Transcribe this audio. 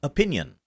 Opinion